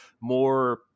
more